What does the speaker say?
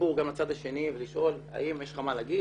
הדיבור גם לצד השני ולשאול האם יש לך מה לומר.